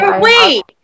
Wait